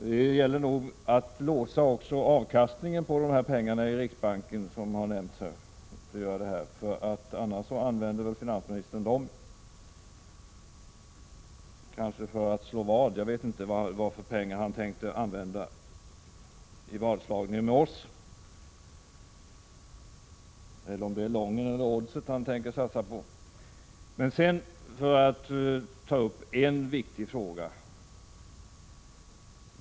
Det är nog bäst att låsa även avkastningen på dessa pengar i riksbanken, som här nämnts, för annars använder finansministern dem — kanske för att slå vad. Jag vet inte vad för pengar han tänker använda vid vadslagning med oss. Eller är det oddset han tänker satsa på? Sedan vill jag ta upp en viktig fråga.